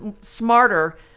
smarter